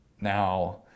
Now